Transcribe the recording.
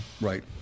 right